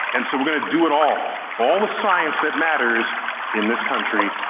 and so we're gonna do it all. all the science that matters in this country,